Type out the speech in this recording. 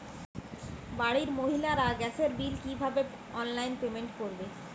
বাড়ির মহিলারা গ্যাসের বিল কি ভাবে অনলাইন পেমেন্ট করবে?